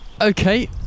Okay